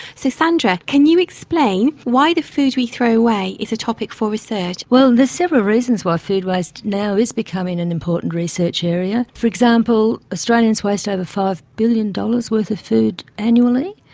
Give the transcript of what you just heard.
so sandra, can you explain why the food we throw away is a topic for research? well, there's several reasons why food waste now is becoming an important research area. for example, australians waste over five billion dollars worth of food annually,